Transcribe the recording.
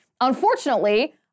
Unfortunately